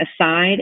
aside